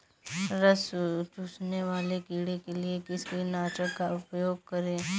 रस चूसने वाले कीड़े के लिए किस कीटनाशक का प्रयोग करें?